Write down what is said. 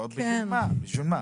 בשביל מה?